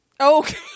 Okay